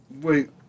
Wait